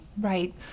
Right